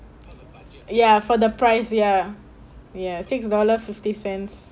ya for the price ya ya six dollar fifty cents